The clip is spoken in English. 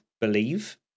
believe